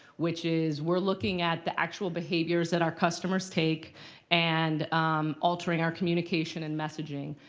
which is we're looking at the actual behaviors that our customers take and altering our communication and messaging.